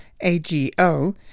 AGO